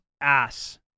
ass